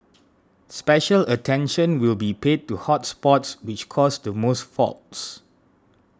special attention will be paid to hot spots which cause the most faults